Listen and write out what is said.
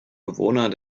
bewohner